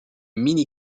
mini